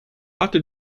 hatte